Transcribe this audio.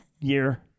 year